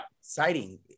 exciting